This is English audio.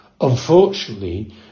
Unfortunately